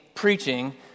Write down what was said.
preaching